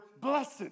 Blessed